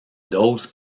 doses